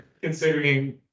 considering